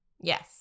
Yes